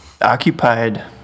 Occupied